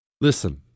listen